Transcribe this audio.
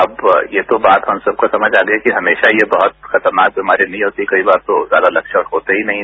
अब ये तो बात हम सबको समझ आ गई कि हमेशा ये बहुत खतरनाक बीमारी नहीं होती कई बार तो ज्यादा लक्षण होते ही नहीं हैं